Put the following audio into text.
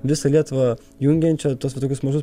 visą lietuvą jungiančio tuos visokius mažus